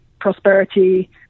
prosperity